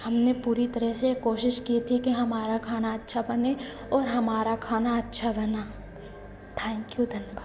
हमने पूरी तरह से कोशिश की थी कि हमारा खाना अच्छा बने और हमारा खाना अच्छा बना थैंक यू धन्यबाद